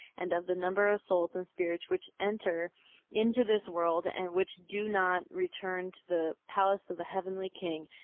and of the number of souls and spirits which enter into this world and which do not return to the palace of the heavenly king.